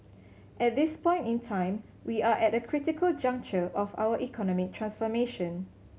at this point in time we are at a critical juncture of our economic transformation